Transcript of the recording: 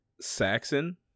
Saxon